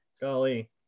Golly